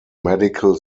medical